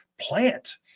plant